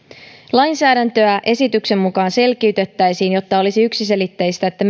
lainsäädäntöä esityksen mukaan selkiytettäisiin jotta olisi yksiselitteistä että